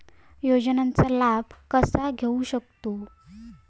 योजनांचा लाभ कसा घेऊ शकतू?